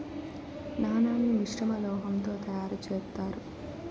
నాణాన్ని మిశ్రమ లోహం తో తయారు చేత్తారు